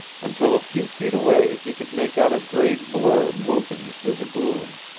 until a few feet away he could make out a gray blur moving through the gloom.